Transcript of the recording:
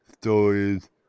stories